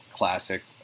classic